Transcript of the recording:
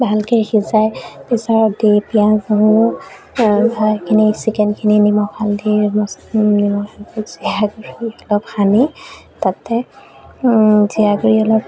ভালকে সিজাই প্ৰেছাৰত দি পিঁয়াজ নহৰুখিনি চিকেনখিনি নিমখ হালধি নিমখ জিৰাগুড়ি অলপ সানি তাতে জিৰাগুড়ি অলপ